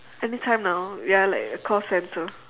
anytime now we are like a call centre